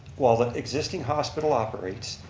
while the existing hospital operates.